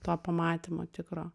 to pamatymo tikro